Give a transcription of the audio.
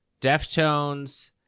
Deftones